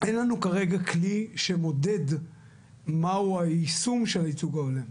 אין לנו כרגע כלי שמודד מהו היישום של הייצוג ההולם.